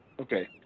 Okay